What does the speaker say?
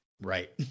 Right